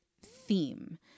theme